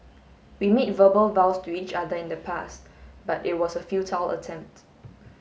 we made verbal vows to each other in the past but it was a futile attempt